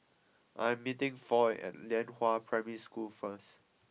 I am meeting Foy at Lianhua Primary School first